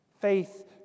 Faith